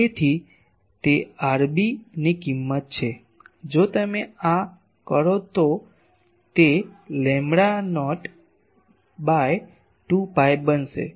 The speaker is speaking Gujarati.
તેથી તે rb ની કિંમત છે જો તમે આ કરો તો તે લેમ્બડા નોટ બાય 2 પાય બનશે